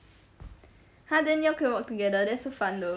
!huh! then y'all can work together that's so fun though